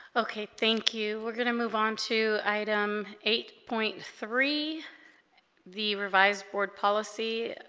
okay thank you we're gonna move on to item eight point three the revised board policy